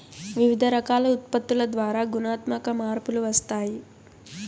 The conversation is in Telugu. వివిధ రకాల ఉత్పత్తుల ద్వారా గుణాత్మక మార్పులు వస్తాయి